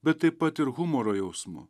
bet taip pat ir humoro jausmu